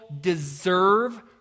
deserve